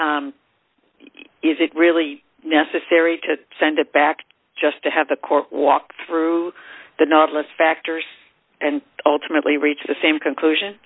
but is it really necessary to send it back just to have the court walk through the novelist factors and ultimately reach the same conclusion